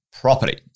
property